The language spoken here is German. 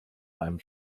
einem